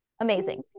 Amazing